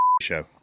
show